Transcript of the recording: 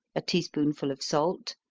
a tea spoonful of salt,